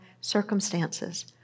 circumstances